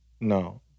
No